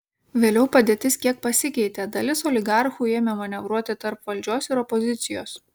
vėliau padėtis kiek pasikeitė dalis oligarchų ėmė manevruoti tarp valdžios ir opozicijos